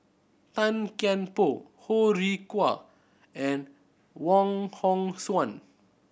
Tan Kian Por Ho Rih Hwa and Wong Hong Suen